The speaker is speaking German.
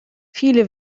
viele